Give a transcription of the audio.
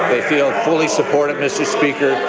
they feel totally supported, mr. speaker.